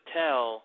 tell